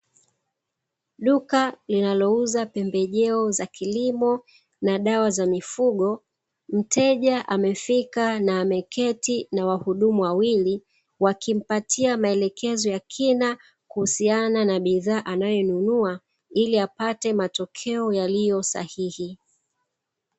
Duka linalouza pembejeo za kilimo na dawa za mifugo. Mteja amefika na ameketi na wahudumu wawili wakimpatia maelekezo ya kina kuhusiana na bidhaa anayonunua, ili apate matokeo yaliyo sahihi.